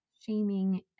shaming